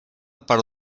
per